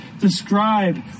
describe